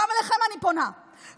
גם אליכם אני פונה,